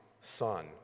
son